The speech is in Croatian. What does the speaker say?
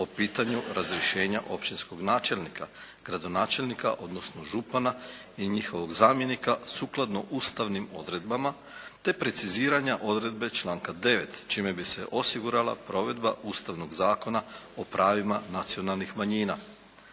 o pitanju razrješenja općinskog načelnika, gradonačelnika odnosno župana i njihovog zamjenika sukladno ustavnim odredbama, te preciziranje odredbe članka 9. čime bi se osigurala provedba Ustavnog zakona o pravima nacionalnih manjina.